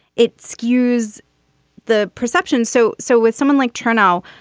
it skews the perceptions. so so with someone like turnell.